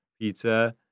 pizza